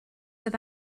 oedd